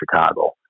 Chicago